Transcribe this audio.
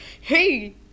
hey